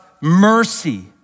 mercy